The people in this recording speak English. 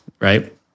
right